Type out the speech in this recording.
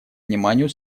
вниманию